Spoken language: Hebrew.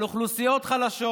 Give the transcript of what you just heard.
על אוכלוסיות חלשות.